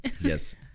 yes